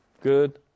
Good